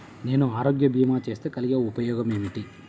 నేను ఆరోగ్య భీమా చేస్తే కలిగే ఉపయోగమేమిటీ?